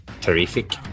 terrific